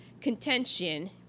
contention